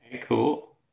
cool